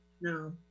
No